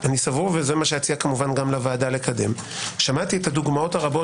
אני סבור וזה מה שאציע לוועדה לקדם שמעתי את הדוגמאות הרבות